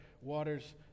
waters